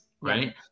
right